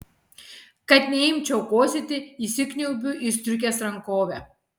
kad neimčiau kosėti įsikniaubiu į striukės rankovę